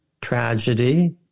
tragedy